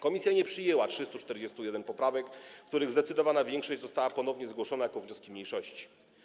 Komisja nie przyjęła 341 poprawek, z których zdecydowana większość została ponownie zgłoszona jako wnioski mniejszości.